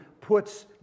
puts